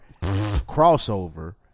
crossover